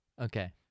Okay